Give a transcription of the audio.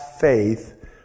faith